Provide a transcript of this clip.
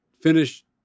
finish